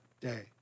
day